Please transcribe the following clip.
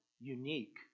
unique